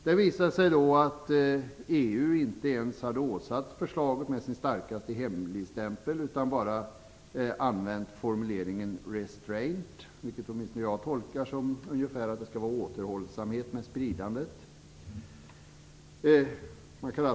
Det visade sig då att EU inte ens hade åsatt förslaget med den starkaste hemligstämpeln utan bara använt formuleringen "restraint" - vilket jag tolkar som återhållsamhet med spridandet.